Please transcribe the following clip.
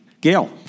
Gail